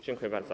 Dziękuję bardzo.